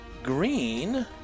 Green